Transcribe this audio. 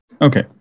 Okay